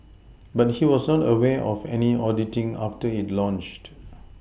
but he was not aware of any auditing after it launched